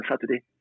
Saturday